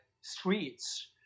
streets